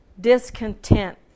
discontent